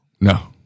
No